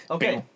Okay